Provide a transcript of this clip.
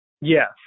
yes